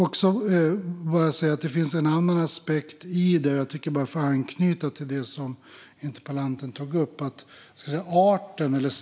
Det finns också en annan aspekt, som anknyter till det som interpellanten tog upp.